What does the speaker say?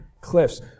cliffs